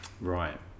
Right